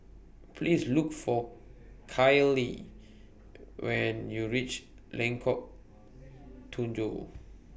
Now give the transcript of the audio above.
Please Look For Kylie when YOU REACH Lengkok Tujoh